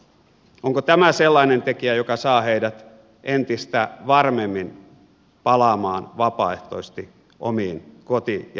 onko tämä sellainen tekijä joka saa heidät entistä varmemmin palaamaan vapaaehtoisesti omiin koti ja lähtömaihinsa